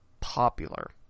popular